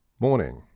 Morning